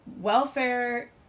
Welfare